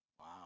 Wow